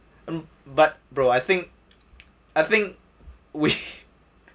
but bro I think I think we